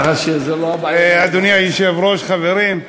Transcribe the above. אדוני היושב-ראש, חברים,